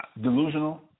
delusional